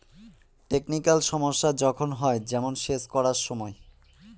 technical সমস্যা যখন হয়, যেমন সেচ করার সময়